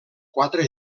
quatre